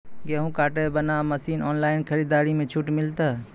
गेहूँ काटे बना मसीन ऑनलाइन खरीदारी मे छूट मिलता?